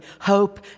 hope